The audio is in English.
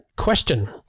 question